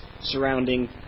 surrounding